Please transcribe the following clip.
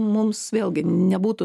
mums vėlgi nebūtų